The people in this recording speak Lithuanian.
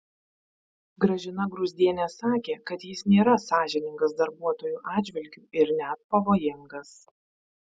gražina gruzdienė sakė kad jis nėra sąžiningas darbuotojų atžvilgiu ir net pavojingas